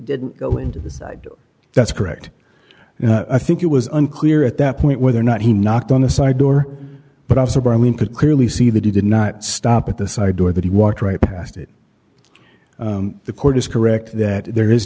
didn't go into the side that's correct and i think it was unclear at that point whether or not he knocked on the side door but also by i mean could clearly see that he did not stop at the side door that he walked right past it the court is correct that there is